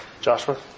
Joshua